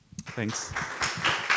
Thanks